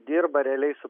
dirba realiai su